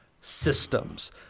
systems